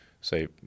say